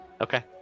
Okay